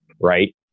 right